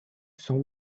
sans